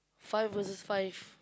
five versus five